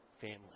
family